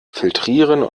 filtrieren